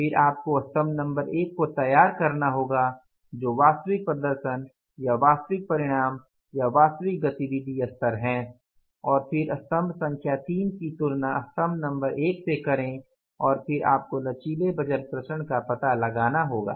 फिर आपको स्तम्भ नंबर एक को तैयार करना होगा जो वास्तविक प्रदर्शन या वास्तविक परिणाम या वास्तविक गतिविधि स्तर है और फिर स्तंभ संख्या तीन की तुलना स्तम्भ नंबर एक से करें और फिर आपको लचीले बजट विचरण का पता लगाना होगा